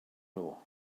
nhw